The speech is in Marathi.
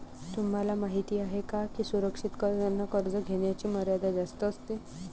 तुम्हाला माहिती आहे का की सुरक्षित कर्जांना कर्ज घेण्याची मर्यादा जास्त असते